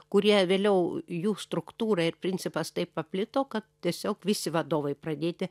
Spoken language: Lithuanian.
kurie vėliau jų struktūra ir principas taip paplito kad tiesiog visi vadovai pradėti